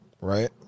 Right